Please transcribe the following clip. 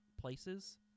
places